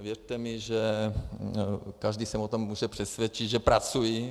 Věřte mi, že každý se o tom může přesvědčit, že pracuji.